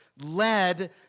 led